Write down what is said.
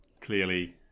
clearly